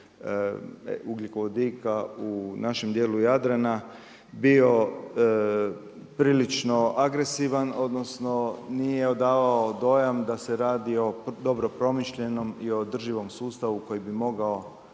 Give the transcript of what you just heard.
ugljikovodika u našem dijelu Jadrana bio prilično agresivan odnosno nije odavao dojam da se radi o dobro promišljenom i održivom sustavu koji bi mogao